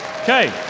Okay